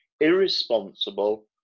irresponsible